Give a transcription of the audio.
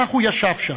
כך הוא ישב שם,